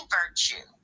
virtue